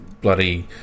bloody